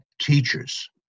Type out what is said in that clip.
teachers